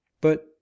But